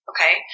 Okay